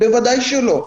בוודאי שלא.